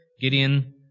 Gideon